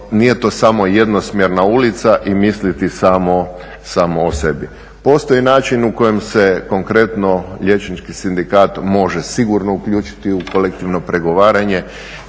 nije to samo jednosmjerna ulica i misliti samo o sebi. Postoji način u kojem se konkretno liječnički sindikat može sigurno uključiti u kolektivno pregovaranje.